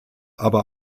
aber